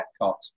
Epcot